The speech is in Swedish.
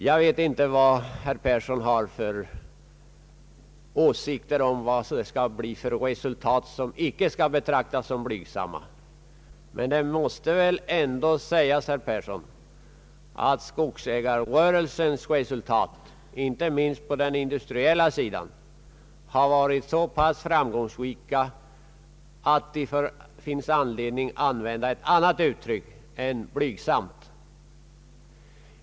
Jag vet inte vilka resultat som av herr Persson inte betraktas som blygsamma. Men det måste väl ändå sägas, herr Persson, att skogsägarrörelsens resultat, inte minst på den industriella sidan, har varit så pass goda att det finns anledning använda ett annat uttryck än blygsamma.